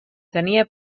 tenia